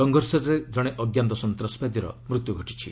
ସଂଘର୍ଷରେ ଜଣେ ଅଜ୍ଞାତ ସନ୍ତାସବାଦୀର ମୃତ୍ୟୁ ଘଟିଛି